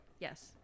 Yes